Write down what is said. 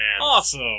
Awesome